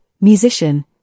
musician